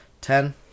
Ten